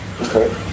Okay